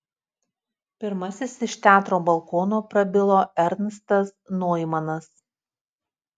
pirmasis iš teatro balkono prabilo ernstas noimanas